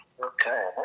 okay